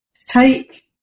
Take